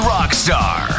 Rockstar